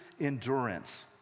endurance